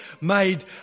made